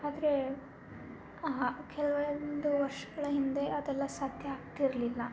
ಆದರೆ ಆ ಕೆಲವೊಂದು ವರ್ಷಗಳ ಹಿಂದೆ ಅದೆಲ್ಲ ಸಾಧ್ಯ ಆಗ್ತಿರಲಿಲ್ಲ